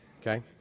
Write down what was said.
okay